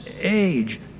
age